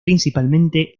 principalmente